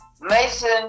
Mason